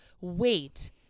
Wait